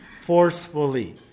Forcefully